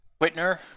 Whitner